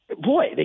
Boy